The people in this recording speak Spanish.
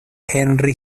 henry